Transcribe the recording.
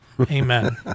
amen